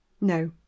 No